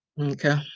Okay